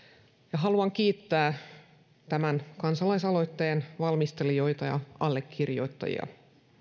ja haluan kiittää tämän kansalaisaloitteen valmistelijoita ja allekirjoittajia